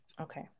Okay